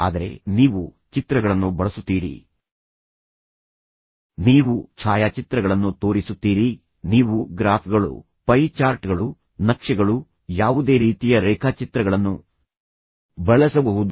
ಆದರೆ ನೀವು ಚಿತ್ರಗಳನ್ನು ಬಳಸುತ್ತೀರಿ ನೀವು ಛಾಯಾಚಿತ್ರಗಳನ್ನು ತೋರಿಸುತ್ತೀರಿ ನೀವು ಗ್ರಾಫ್ಗಳು ಪೈ ಚಾರ್ಟ್ಗಳು ನಕ್ಷೆಗಳು ಯಾವುದೇ ರೀತಿಯ ರೇಖಾಚಿತ್ರಗಳನ್ನು ಬಳಸಬಹುದು